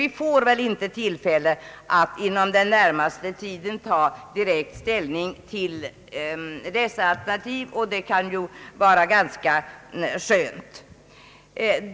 Vi får väl heller inte tillfälle att inom den närmaste tiden ta direkt ställning till dessa alternativ, och det kan vara ganska skönt.